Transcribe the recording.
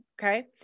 okay